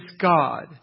God